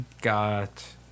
got